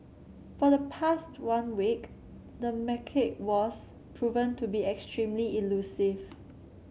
for the past one week the macaque was proven to be extremely elusive